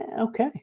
okay